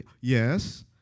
Yes